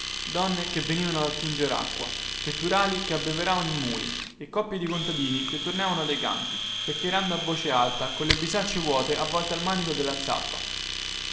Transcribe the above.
donne che venivano ad attinger acqua vetturali che abbeveravano i muli e coppie di contadini che tornavano dai campi chiacchierando a voce alta colle bisacce vuote avvolte al manico della zappa